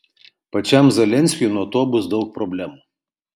pačiam zelenskiui nuo to bus daug problemų